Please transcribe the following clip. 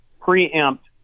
preempt